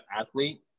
athlete